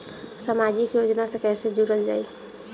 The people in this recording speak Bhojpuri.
समाजिक योजना से कैसे जुड़ल जाइ?